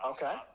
Okay